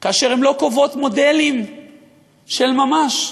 כאשר הן לא קובעות מודלים של ממש,